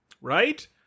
Right